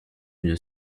une